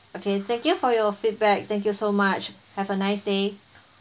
okay thank you for your feedback thank you so much have a nice day